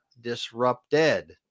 disrupted